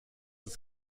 ist